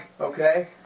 okay